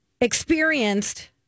experienced